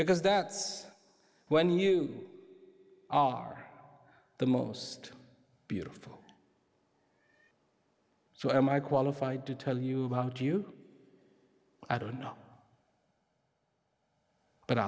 because that's when you are the most beautiful so am i qualified to tell you about you i don't know but i